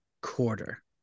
quarter